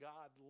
God